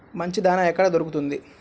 మంచి దాణా ఎక్కడ దొరుకుతుంది?